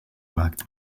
maakte